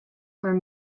were